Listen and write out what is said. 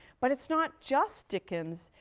but it's not just dickens.